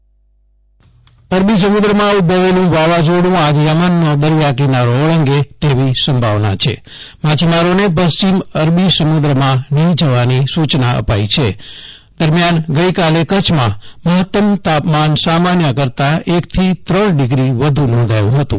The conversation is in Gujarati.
જયદિપ વૈશ્ણવ અરબી સમુદ્રમાં ઉદભવેલું વાવાઝીડ઼ આજે ચેમનનો દરિયાકીનારો ઓળંગે તેવી સંભાવના છે માછીમારોને પશ્ચિમ અરબી સમુદ્રમાં નહીં જવાની સૂચના અપાઈ છે તો દરમિયાન કચ્છમાં મહત્તમ તાપમાન સામાન્ય કરતાં એકથી ત્રણ ડિગ્રી વધુ નોંધાયું હતું